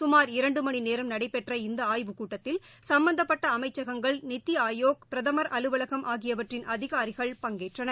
சுமார் இரண்டுமணிநேரம் நடைபெற்ற இந்தஆய்வுக் கூட்டத்தில் சும்பந்தப்பட்டஅமைச்சகங்கள் நித்திஆயோக் பிரதமர் அலுவலகம் ஆகியவற்றின் அதிகாரிகள் பங்கேற்றனர்